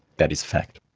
that is fact.